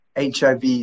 hiv